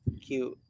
cute